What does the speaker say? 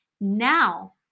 Now